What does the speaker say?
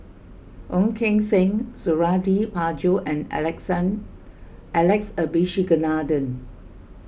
Ong Keng Sen Suradi Parjo and Alex Abisheganaden